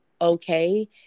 okay